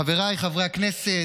חבריי חברי הכנסת,